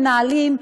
מנהלים,